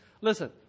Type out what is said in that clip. Listen